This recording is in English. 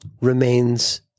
remains